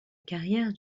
carrière